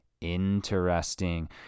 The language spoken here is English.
Interesting